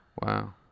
Wow